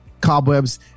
cobwebs